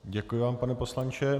Děkuji vám, pane poslanče.